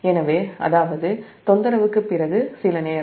எனவே அதாவது தொந்தரவுக்குப் பிறகு சில நேரம்